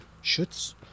Schutz